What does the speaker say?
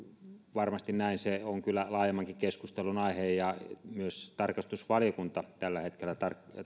varmasti tämä on kyllä laajemmankin keskustelun aihe ja myös tarkastusvaliokunta tällä hetkellä